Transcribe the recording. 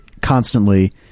constantly